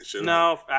No